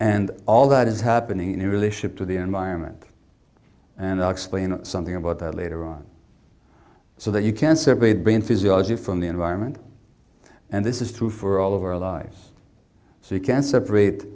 and all that is happening in the relationship to the environment and i'll explain something about that later on so that you can separate brain physiology from the environment and this is true for all of our lives so you can separate